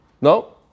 no